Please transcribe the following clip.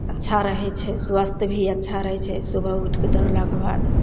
अच्छा रहय छै स्वास्थ भी अच्छा रहय छै सुबह उठि कऽ दौड़लाक बाद